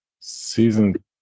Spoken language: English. Season